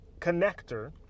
connector